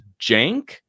jank